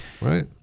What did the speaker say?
right